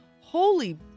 Holy